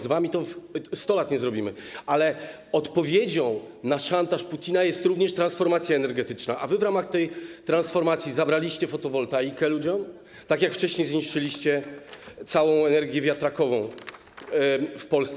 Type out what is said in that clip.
Z wami to w 100 lat tego nie zrobimy, ale odpowiedzią na szantaż Putina jest również transformacja energetyczna, a wy w ramach tej transformacji zabraliście ludziom fotowoltaikę, tak jak wcześniej zniszczyliście całą energię wiatrakową w Polsce.